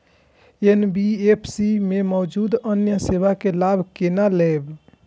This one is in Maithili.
एन.बी.एफ.सी में मौजूद अन्य सेवा के लाभ केना लैब?